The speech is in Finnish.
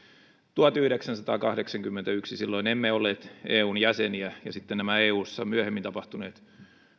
tuhatyhdeksänsataakahdeksankymmentäyksi silloin emme olleet eun jäseniä ja sitten nämä eussa myöhemmin tapahtuneet